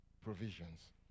provisions